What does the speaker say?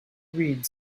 read